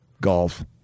Golf